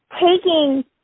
taking